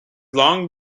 long